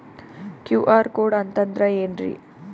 QR code ಅಂತಂದ್ರ ಏನ್ರೀ?